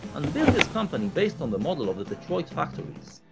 and built his company based on the model of the detroit factories,